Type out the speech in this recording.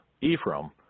Ephraim